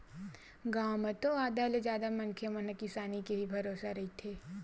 गाँव म तो आधा ले जादा मनखे मन ह किसानी के ही भरोसा रहिथे